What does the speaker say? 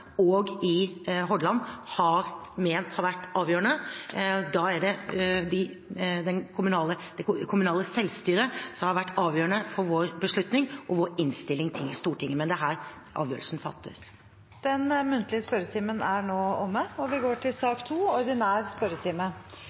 og i Hordaland har ment har vært avgjørende. Det er det kommunale selvstyret som har vært avgjørende for vår beslutning og vår innstilling til Stortinget. Men det er her avgjørelsen fattes. Den muntlige spørretimen er nå omme. Det blir en rekke endringer i den oppsatte spørsmålslisten. Presidenten viser i den sammenheng til